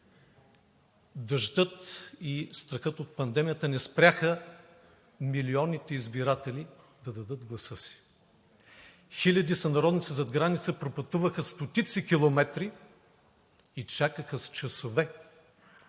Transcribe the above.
Дъждът и страхът от пандемията не спряха милионите избиратели да дадат гласа си. Хиляди сънародници зад граница пропътуваха стотици километри и чакаха с часове,